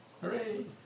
Hooray